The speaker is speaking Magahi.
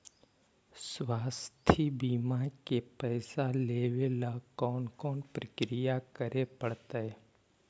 स्वास्थी बिमा के पैसा लेबे ल कोन कोन परकिया करे पड़तै?